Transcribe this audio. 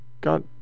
got